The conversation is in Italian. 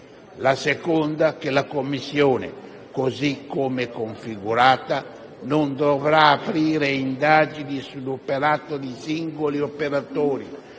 considerazione è che la Commissione, così come configurata, non dovrà aprire indagini sull'operato di singoli operatori,